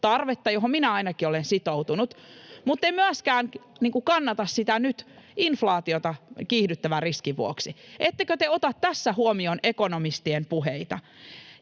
tarvetta, johon minä ainakin olen sitoutunut, mutten myöskään kannata sitä nyt inflaatiota kiihdyttävän riskin vuoksi. Ettekö te ota tässä huomioon ekonomistien puheita?